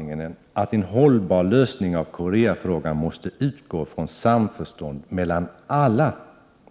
1988/89:123 lösning i Koreafrågan måste utgå från samförstånd mellan alla